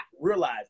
realize